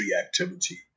activity